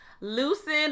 Loosen